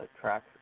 track